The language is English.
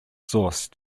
source